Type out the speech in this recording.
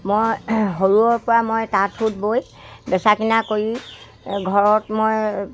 মই সৰুৰেপৰা মই তাঁত সোঁত বৈ বেচা কিনা কৰি ঘৰত মই